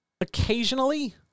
occasionally